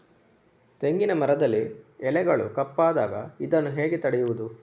ತೆಂಗಿನ ಮರದಲ್ಲಿ ಎಲೆಗಳು ಕಪ್ಪಾದಾಗ ಇದನ್ನು ಹೇಗೆ ತಡೆಯುವುದು?